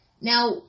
Now